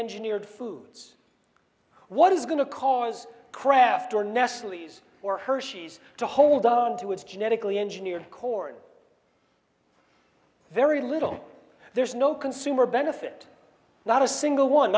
engineered foods what is going to cause kraft or nestle's or hershey's to hold onto its genetically engineered corn very little there's no consumer benefit not a single one